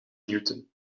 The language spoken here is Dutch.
newton